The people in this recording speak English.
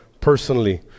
personally